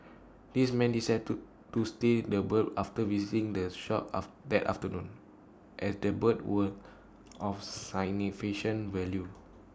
this men decided to to steal the birds after visiting the shop that afternoon as the birds were of value